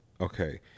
Okay